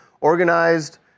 organized